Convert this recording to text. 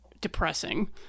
depressing